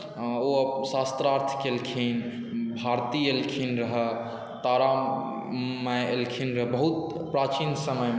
ओ शास्त्रार्थ केलखिन भारती एलखिन रहए तारा माय एलखिन रहए बहुत प्राचीन समयमे